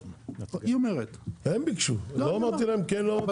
הם ביקשו, לא אמרתי להם כן או לא.